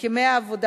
ימי החופשה